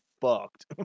fucked